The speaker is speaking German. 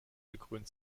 gekrönt